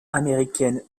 américaine